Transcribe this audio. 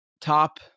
top